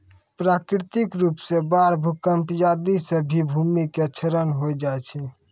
प्राकृतिक रूप सॅ बाढ़, भूकंप आदि सॅ भी भूमि के क्षरण होय जाय छै